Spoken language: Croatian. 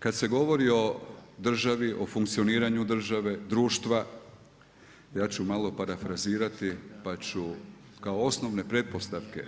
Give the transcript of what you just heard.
Kad se govori o državi, funkcioniranju države, društva ja ću malo parafrazirati pa ću kao osnovne pretpostavke